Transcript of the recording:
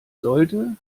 sollte